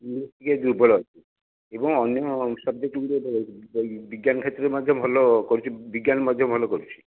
English ଟିକିଏ ଦୁର୍ବଳ ଅଛି ଏବଂ ଅନ୍ୟ ସବ୍ଜେକ୍ଟ୍ଗୁଡ଼ିକରେ ବିଜ୍ଞାନ କ୍ଷେତ୍ରରେ ମଧ୍ୟ ଭଲ କରିଛି ବିଜ୍ଞାନ ମଧ୍ୟ ଭଲ କରୁଛି